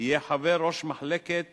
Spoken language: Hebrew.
יהיה חבר ראש מחלקת